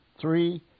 Three